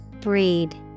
breed